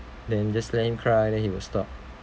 then just let him cry then he will stop